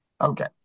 Okay